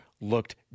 looked